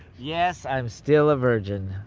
yes, i'm still a virgin.